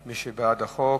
מי בעד החוק?